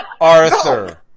Arthur